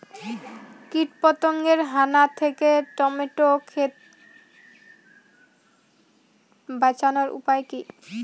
কীটপতঙ্গের হানা থেকে টমেটো ক্ষেত বাঁচানোর উপায় কি?